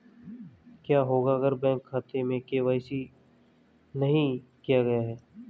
क्या होगा अगर बैंक खाते में के.वाई.सी नहीं किया गया है?